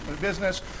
business